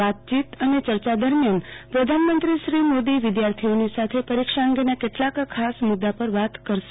વાતચીત અને યર્યા દરમિયાન પ્રધાનમંત્રી શ્રી મોદી વિદ્યાર્થીઓની સાથે પરીક્ષા અંગેના કેટલાક ખાસ મુદ્દા પર વાત પણ કરશે